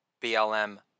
BLM